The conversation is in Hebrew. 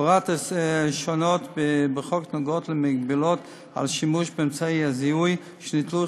הוראות שונות בחוק נוגעות בהגבלות על השימוש באמצעי הזיהוי שניטלו,